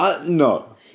No